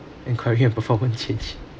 enquiry and perform a change